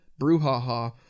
brouhaha